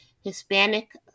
Hispanic